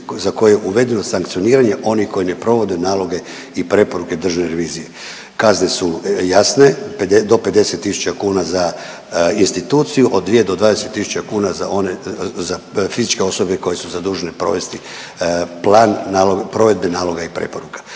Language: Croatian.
za koje je uvedeno sankcioniranje onih koji ne provode naloge i preporuke Državne revizije. Kazne su jasne, do 50000 kuna za instituciju, od 2 do 20000 kuna za one, za fizičke osobe koje su zadužene provesti plan provedbe naloga i preporuka.